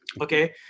Okay